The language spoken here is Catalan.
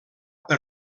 per